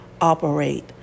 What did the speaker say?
operate